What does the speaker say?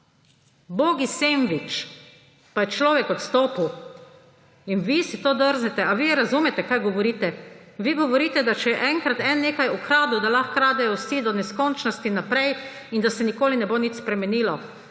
ubogi sendvič, pa je človek odstopil; in vi si to drznete. Ali vi razumete, kaj govorite? Vi govorite, da če je enkrat eden nekaj ukradel, da lahko kradejo vsi do neskončnosti naprej in da se nikoli ne bo nič spremenilo.